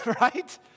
right